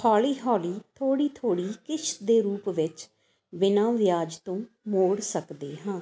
ਹੌਲੀ ਹੌਲੀ ਥੋੜ੍ਹੀ ਥੋੜ੍ਹੀ ਕਿਸ਼ਤ ਦੇ ਰੂਪ ਵਿੱਚ ਬਿਨਾਂ ਵਿਆਜ ਤੋਂ ਮੋੜ ਸਕਦੇ ਹਾਂ